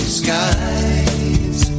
skies